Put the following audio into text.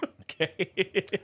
okay